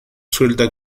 suelta